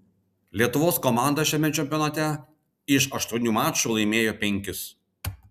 lietuvos komanda šiame čempionate iš aštuonių mačų laimėjo penkis